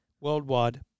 worldwide